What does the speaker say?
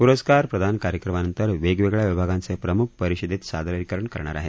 पुरस्कार प्रदान कार्यक्रमानंतर वेगवेगळया विभागांचे प्रमुख परिषदेत सादरीकरण करणार आहेत